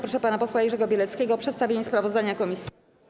Proszę pana posła Jerzego Bieleckiego o przedstawienie sprawozdania komisji.